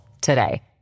today